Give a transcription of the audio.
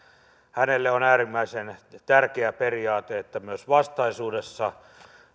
hänelle on äärimmäisen tärkeä periaate että myös vastaisuudessa